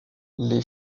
les